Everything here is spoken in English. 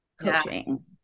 coaching